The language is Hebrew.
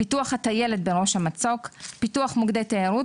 פיתוח הטיילת בראש המצוק; פיתוח מוקדי תיירות